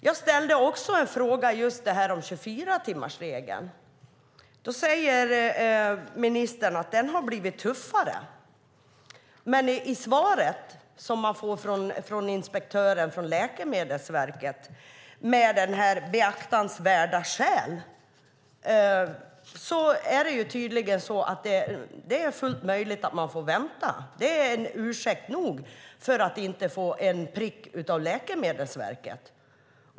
Jag ställde också en fråga om just 24-timmarsregeln. Ministern säger att den har blivit tuffare. Men i svaret från inspektören på Läkemedelsverket när det gäller detta med beaktansvärda skäl är det tydligen fullt möjligt att man får vänta. Det är en ursäkt nog för att inte få en prick av Läkemedelsverket.